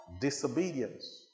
disobedience